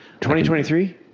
2023